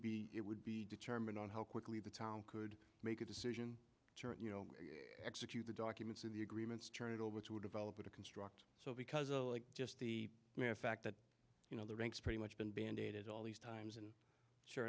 be it would be determined on how quickly the town could make a decision you know execute the documents in the agreements turn it over to a developer to construct so because unlike just the mere fact that you know the ranks pretty much been bandied at all these times and sure